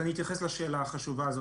אני אתייחס לשאלה החשובה הזאת.